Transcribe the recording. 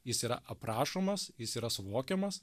jis yra aprašomas jis yra suvokiamas